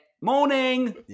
morning